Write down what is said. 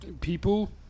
people